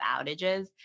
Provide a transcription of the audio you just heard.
outages